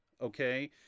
okay